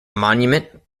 monument